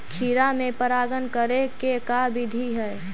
खिरा मे परागण करे के का बिधि है?